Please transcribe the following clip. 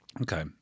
Okay